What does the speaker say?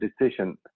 decision